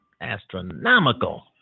astronomical